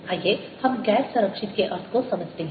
आइए हम गैर संरक्षित के अर्थ को समझते हैं